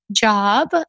job